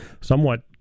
somewhat